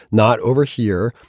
not over here.